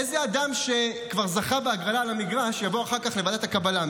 איזה אדם שכבר זכה בהגרלה למגרש יבוא אחר כך לוועדת הקבלה?